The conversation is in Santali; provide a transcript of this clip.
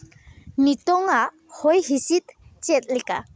ᱱᱤᱛᱚᱜ ᱟᱜ ᱦᱚᱭ ᱦᱤᱸᱥᱤᱫ ᱪᱮᱫ ᱞᱮᱠᱟ